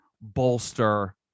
bolster